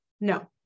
No